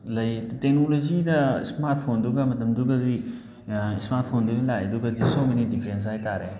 ꯂꯩ ꯇꯦꯛꯅꯣꯂꯣꯖꯤꯗ ꯏꯁꯃꯥꯔꯠ ꯐꯣꯟꯗꯨꯒ ꯃꯇꯝꯗꯨꯒꯗꯤ ꯏꯁꯃꯥꯔꯠ ꯐꯣꯟꯗꯨꯗꯤ ꯂꯥꯛꯑꯦ ꯑꯗꯨꯒꯗꯤ ꯁꯣ ꯃꯦꯅꯤ ꯗꯤꯐ꯭ꯔꯦꯟꯁ ꯍꯥꯏꯇꯥꯔꯦ